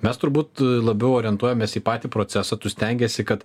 mes turbūt labiau orientuojamės į patį procesą tu stengiesi kad